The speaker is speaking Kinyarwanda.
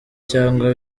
cyangwa